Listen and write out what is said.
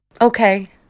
okay